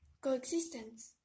Coexistence